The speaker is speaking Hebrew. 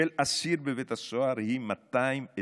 של אסיר בבית הסוהר היא 226,000